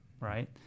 right